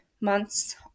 months